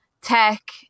tech